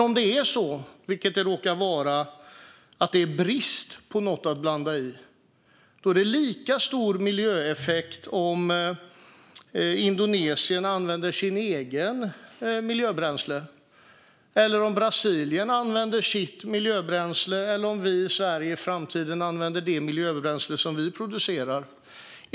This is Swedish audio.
Om det är brist, vilket det råkar vara, på något att blanda i är det lika stor miljöeffekt om Indonesien använder sitt eget miljöbränsle, om Brasilien använder sitt miljöbränsle eller om vi i Sverige i framtiden använder det miljöbränsle som vi producerar.